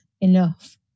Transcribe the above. enough